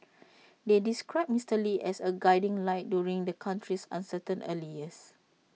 they described Mister lee as A guiding light during the country's uncertain early years